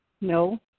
No